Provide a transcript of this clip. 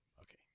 okay